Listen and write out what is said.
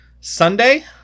Sunday